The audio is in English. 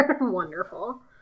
wonderful